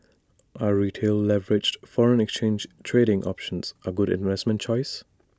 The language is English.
are retail leveraged foreign exchange trading options A good investment choice